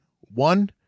One